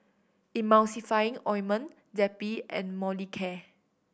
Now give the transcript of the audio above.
Emulsying Ointment Zappy and Molicare